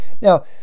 Now